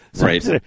Right